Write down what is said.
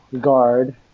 Guard